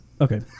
Okay